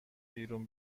بیرون